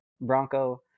Bronco